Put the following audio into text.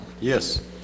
Yes